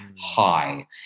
high